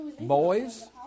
Boys